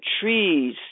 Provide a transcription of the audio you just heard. trees